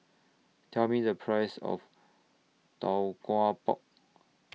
Tell Me The Price of Tau Kwa Pau